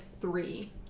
three